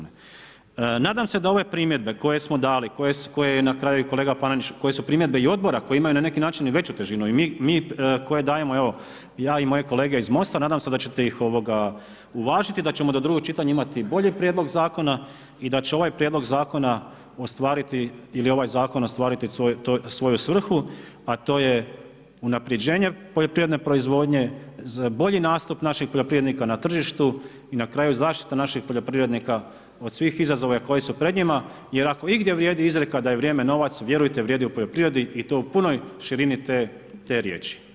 Nadam se da ove primjedbe koje smo dali koje je na kraju i kolega Panenić koje su primjedbe i odbora koje imaju na neki način veću težinu i mi koje dajemo ja i moje kolege iz Most-a, nadam se da ćete ih uvažiti i da ćemo do drugog čitanja imati bolji prijedlog zakona i da će ovaj prijedlog zakona ostvariti ili ovaj zakon ostvariti svoju svrhu, a to je unapređenje poljoprivredne proizvodnje, bolji nastup naših poljoprivrednika na tržištu i na kraju zaštita naših poljoprivrednika od svih izazova koji su pred njima jer ako igdje vrijedi izreka da je vrijeme novac, vjerujte vrijedi u poljoprivredi i to u punoj širini te riječi.